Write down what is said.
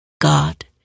God